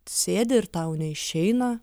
sėdi ir tau neišeina